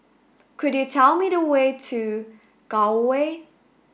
could you tell me the way to Gul Way